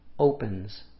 opens